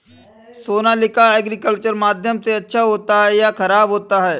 Sonalika agriculture माध्यम से अच्छा होता है या ख़राब होता है?